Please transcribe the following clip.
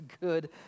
good